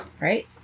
right